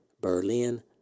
Berlin